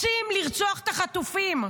רוצים לרצוח את החטופים.